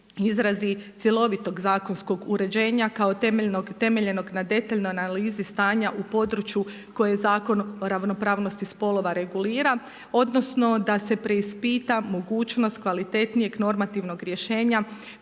izradi cjelovitog zakonskog uređenja kao temeljenog na detaljnoj analizi stanja u području koje Zakon o ravnopravnosti spolova regulira, odnosno da se preispita mogućnost kvalitetnijeg normativnog rješenja